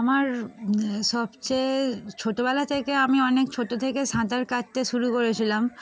আমার সবচেয়ে ছোটোবেলা থেকে আমি অনেক ছোটো থেকে সাঁতার কাটতে শুরু করেছিলাম